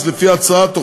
לפי ההצעה,